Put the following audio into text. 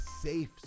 safe